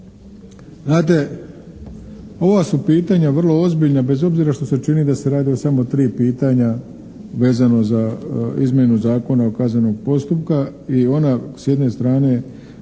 znate, ova su pitanja vrlo ozbiljna bez obzira što se čini da se radi o samo 3 pitanja vezano za izmjenu Zakona o kaznenom postupku i ona s jedne strane